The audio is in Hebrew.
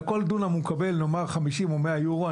על כל דונם הוא מקבל נאמר 50 או 100 יורו,